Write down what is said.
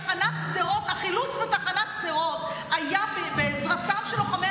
החילוץ בתחנת שדרות היה בעזרתם של לוחמי